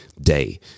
day